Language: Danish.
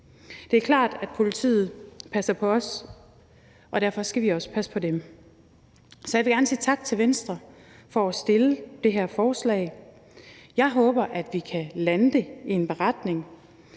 Det er klart, at politiet passer på os, og derfor skal vi også passe på dem. Så jeg vil gerne sige tak til Venstre for at fremsætte det her forslag. Jeg håber, at vi kan lande det i en beretning,